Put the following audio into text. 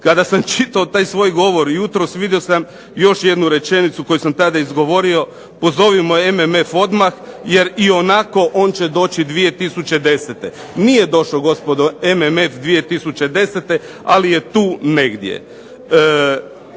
Kada sam čitao taj svoj govor jutros, vidio sam još jednu rečenicu koju sam tada izgovorio, pozovimo MMF odmah jer će i onako on doći 2010. Nije došao gospodo MMF 2010. ali je tu negdje.